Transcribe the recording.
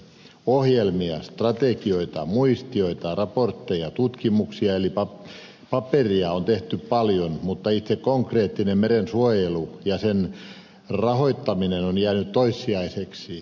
ohjelmia strategioita muistioita raportteja tutkimuksia eli paperia on tehty paljon mutta itse konkreettinen merensuojelu ja sen rahoittaminen on jäänyt toissijaiseksi